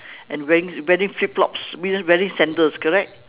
and wearing wearing flip flops wearing sandals correct